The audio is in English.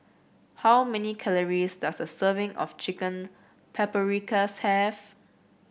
how many calories does a serving of Chicken Paprikas have